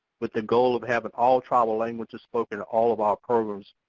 with the goal of having all tribal languages spoken in all of our programs.